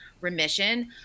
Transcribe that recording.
remission